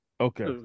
Okay